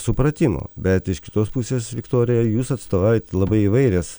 supratimo bet iš kitos pusės viktorija jūs atstovaujat labai įvairias